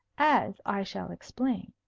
as i shall explain.